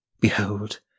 behold